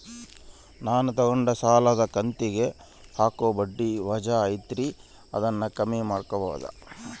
ನಾನು ತಗೊಂಡ ಸಾಲದ ಕಂತಿಗೆ ಹಾಕೋ ಬಡ್ಡಿ ವಜಾ ಐತಲ್ರಿ ಅದನ್ನ ಕಮ್ಮಿ ಮಾಡಕೋಬಹುದಾ?